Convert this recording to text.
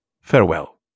Farewell